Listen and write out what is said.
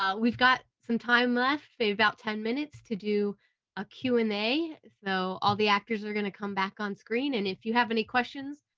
ah we've got some time left maybe about ten minutes to do a q and a. so all the actors are gonna come back on screen and if you have any questions,